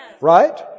Right